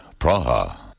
Praha